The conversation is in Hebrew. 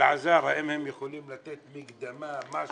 האם הם יכולים לתת מקדמות.